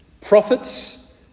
Prophets